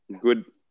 good